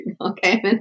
okay